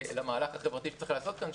למהלך החברתי שצריך לעשות כאן,